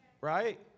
right